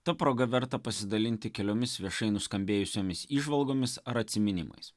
ta proga verta pasidalinti keliomis viešai nuskambėjusiomis įžvalgomis ar atsiminimais